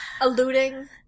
alluding